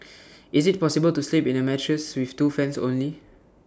is IT possible to sleep in A mattress with two fans only